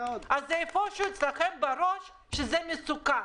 בראש שלכם זה מסוכן.